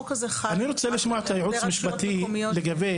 אני רוצה לשמוע את הייעוץ המשפטי לגבי